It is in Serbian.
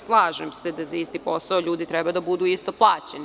Slažem se da za isti posao ljudi treba da budu isto plaćeni.